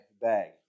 bag